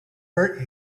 hurt